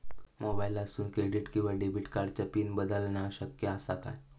मोबाईलातसून क्रेडिट किवा डेबिट कार्डची पिन बदलना शक्य आसा काय?